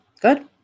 good